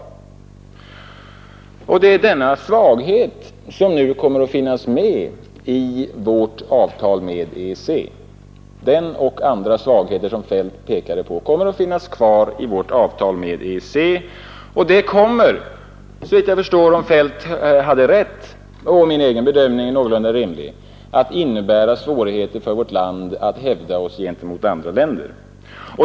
Det är denna svaghet och andra svagheter som herr Feldt pekade på som kommer att finnas med i vårt avtal med EEC. Om herr Feldt hade rätt, och om min egen bedömning är någorlunda riktig, så kommer detta att innebära svårigheter för vårt land att hävda sig gentemot andra länder.